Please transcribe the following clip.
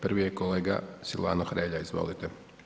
Prvi je kolega Silvano Hrelja, izvolite.